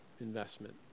investment